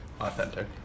authentic